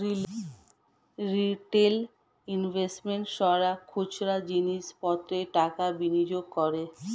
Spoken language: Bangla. রিটেল ইনভেস্টর্সরা খুচরো জিনিস পত্রে টাকা বিনিয়োগ করে